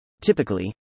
Typically